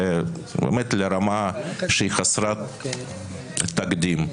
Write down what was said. באמת לרמה שהיא חסרת תקדים,